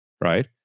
right